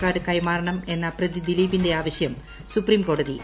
card കൈമാറണമെന്ന പ്രതി ദിലീപിന്റെ ആവശ്യം സുപ്രീംകോടതി തള്ളി